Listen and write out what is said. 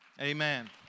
Amen